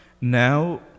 Now